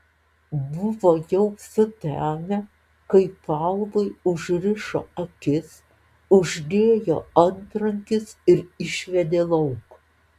buvo jau sutemę kai paului užrišo akis uždėjo antrankius ir išvedė lauk